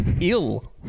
ill